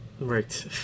Right